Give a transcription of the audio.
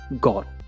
God